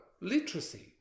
literacy